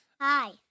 hi